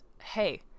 Hey